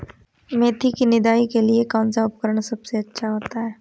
मेथी की निदाई के लिए कौन सा उपकरण सबसे अच्छा होता है?